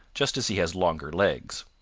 just as he has longer legs.